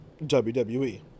WWE